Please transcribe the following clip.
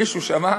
מישהו שמע?